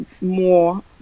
more